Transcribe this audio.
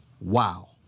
Wow